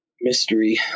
mystery